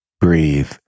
Breathe